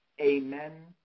Amen